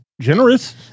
generous